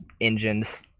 engines